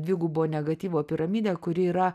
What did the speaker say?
dvigubo negatyvo piramidę kuri yra